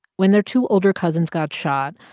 when their two older cousins got shot,